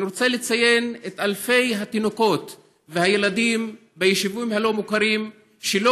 אני רוצה לציין את אלפי התינוקות והילדים ביישובים הלא-מוכרים שלא